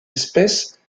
espèces